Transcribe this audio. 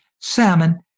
salmon